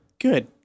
good